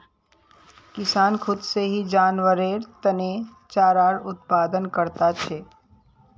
किसान खुद से ही जानवरेर तने चारार उत्पादन करता छे